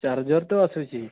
charger ତ ଆସୁଛି